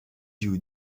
you